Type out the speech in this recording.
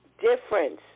difference